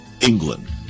England